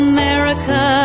America